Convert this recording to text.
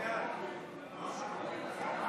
נא לשבת.